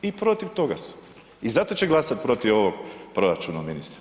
I protiv toga su i zato će glasati protiv ovog proračuna ministre.